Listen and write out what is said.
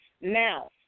Now